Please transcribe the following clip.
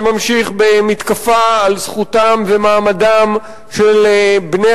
זה ממשיך במתקפה על זכותם ומעמדם של בני